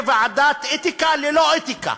זו ועדת אתיקה ללא אתיקה,